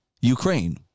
Ukraine